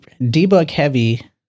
debug-heavy